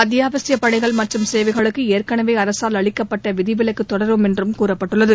அத்தியாவசியப் பணிகள் மற்றும் சேவைகளுக்கு ஏற்கனவே அரசால் அளிக்கப்பட்ட விதிவிலக்கு தொடரும் என்றும் கூறப்பட்டுள்ளது